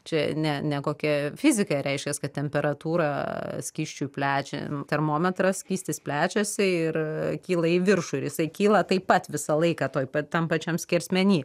čia ne ne kokie fizika reiškias kad temperatūra skysčių plečia termometras skystis plečiasi ir kyla į viršų ir jisai kyla taip pat visą laiką tuoj pat tam pačiam skersmeny